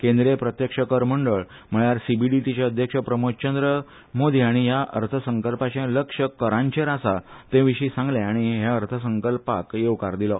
केंद्रीय प्रत्यक्ष कर मंडळ म्हळ्यार सीबीडीटीचे अध्यक्ष प्रमोदचंद्र मोदी हांणी ह्या अर्थसंकल्पाचे लक्ष्य करांचेर आसा ते विशीं सांगलें आनी ह्या अर्थसंकल्पाक येवकार दिलो